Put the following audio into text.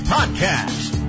Podcast